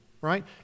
right